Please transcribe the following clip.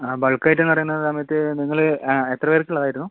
ആ ബൾക്കായിട്ടെന്ന് പറയുന്ന സമയത്ത് നിങ്ങൾ എത്ര പേർക്ക് ഉള്ളത് ആയിരുന്നു